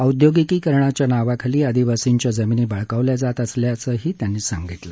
औद्योगिकीकरणाच्या नावाखाली आदिवासींच्या जमिनी बळकावल्या जात असल्याचंही त्यांनी सांगितलं